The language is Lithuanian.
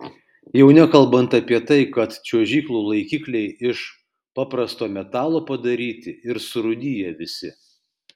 jau nekalbant apie tai kad čiuožyklų laikikliai iš paprasto metalo padaryti ir surūdiję visi